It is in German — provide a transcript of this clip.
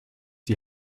die